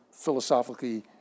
philosophically